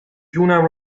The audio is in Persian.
جونم